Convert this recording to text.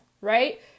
right